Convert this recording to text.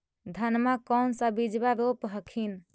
धनमा कौन सा बिजबा रोप हखिन?